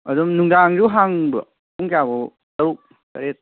ꯑꯗꯨꯝ ꯅꯨꯡꯗꯥꯡꯁꯨ ꯍꯥꯡꯕ꯭ꯔꯣ ꯄꯨꯡ ꯀꯌꯥꯐꯥꯎ ꯇꯔꯨꯛ ꯇꯔꯦꯠ